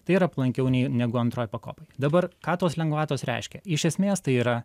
tai yra palankiau nei negu antroj pakopoj dabar ką tos lengvatos reiškia iš esmės tai yra